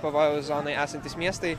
pavojaus zonoje esantys miestai